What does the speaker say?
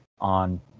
on